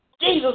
Jesus